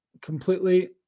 completely